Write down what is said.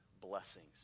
blessings